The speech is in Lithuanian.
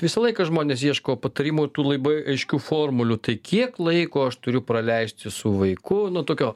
visą laiką žmonės ieško patarimų tų laibai aiškių formulių tai kiek laiko aš turiu praleisti su vaiku nu tokio